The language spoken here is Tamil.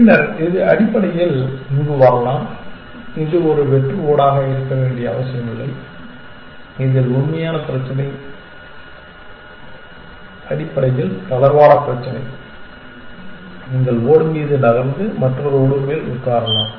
பின்னர் இது அடிப்படையில் இங்கு வரலாம் இது ஒரு வெற்று ஓடாக இருக்க வேண்டிய அவசியமில்லை இதில் உண்மையான பிரச்சினை அடிப்படையில் தளர்வான பிரச்சினை நீங்கள் ஓடு மீது நகர்ந்து மற்றொரு ஓடு மேல் உட்காரலாம்